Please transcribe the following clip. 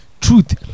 Truth